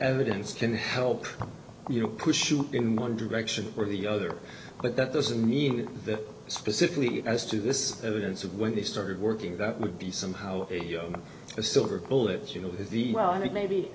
evidence can help you know push you in one direction or the other but that doesn't mean that specifically as to this evidence of when they started working that would be somehow a silver bullet you know